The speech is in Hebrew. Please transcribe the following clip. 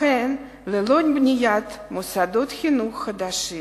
לכן ללא בניית מוסדות חינוך חדשים